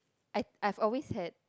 I I've always had